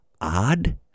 odd